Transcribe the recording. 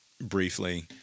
briefly